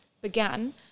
began